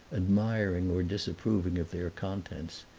admiring or disapproving of their contents,